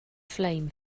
flame